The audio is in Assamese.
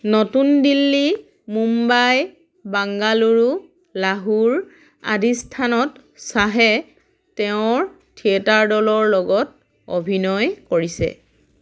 নতুন দিল্লী মুম্বাই বাংগালুৰু লাহোৰ আদি স্থানত শ্বাহে তেওঁৰ থিয়েটাৰ দলৰ লগত অভিনয় কৰিছে